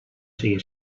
sigue